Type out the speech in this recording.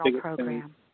program